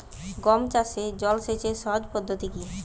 গম চাষে জল সেচের সহজ পদ্ধতি কি?